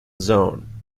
zone